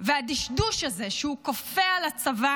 והדשדוש הזה שהוא כופה על הצבא